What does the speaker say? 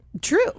True